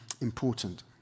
important